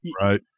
Right